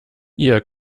ihr